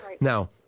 Now